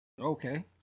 okay